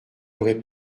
aurait